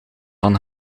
van